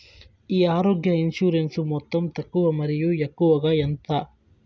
ఈ ఆరోగ్య ఇన్సూరెన్సు మొత్తం తక్కువ మరియు ఎక్కువగా ఎంత?